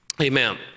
Amen